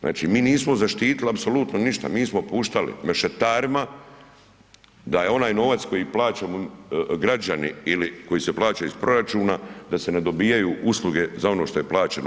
Znači mi nismo zaštitili apsolutno ništa, mi smo puštali mešetarima da je onaj novac koji plaćaju građani ili koji se plaća iz proračuna da se ne dobijaju usluge za ono što je plaćeno.